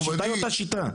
השיטה אותה שיטה.